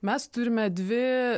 mes turime dvi